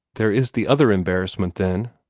there is the other embarrassment, then,